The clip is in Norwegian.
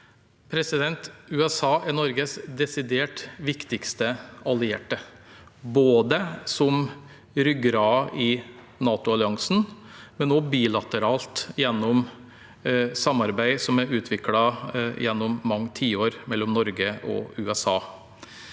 USA er Nor- ges desidert viktigste allierte, både som ryggraden i NATO-alliansen og bilateralt gjennom samarbeid som er utviklet gjennom mange tiår mellom Norge og USA.